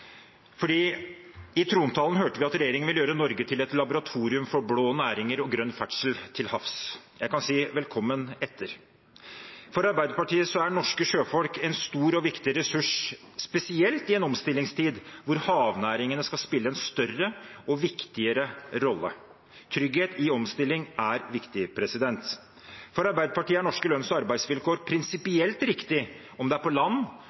havs. Jeg kan si velkommen etter. For Arbeiderpartiet er norske sjøfolk en stor og viktig ressurs, spesielt i en omstillingstid da havnæringene skal spille en større og viktigere rolle. Trygghet i omstilling er viktig. For Arbeiderpartiet er norske lønns- og arbeidsvilkår prinsipielt riktig – om det er på land,